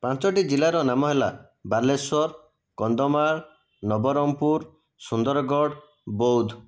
ପାଞ୍ଚଟି ଜିଲ୍ଲାର ନାମ ହେଲା ବାଲେଶ୍ଵର କନ୍ଧମାଳ ନବରଙ୍ଗପୁର ସୁନ୍ଦରଗଡ଼ ବୌଦ୍ଧ